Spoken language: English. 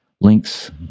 links